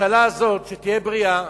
הממשלה הזאת, שתהיה בריאה,